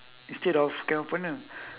instead of can opener